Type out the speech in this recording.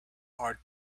are